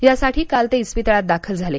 यासाठी काल ते इस्पितळात दाखल झाले